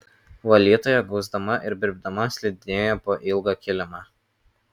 valytoja gausdama ir birbdama slidinėjo po ilgą kilimą